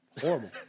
horrible